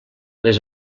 les